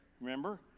Remember